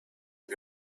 had